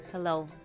Hello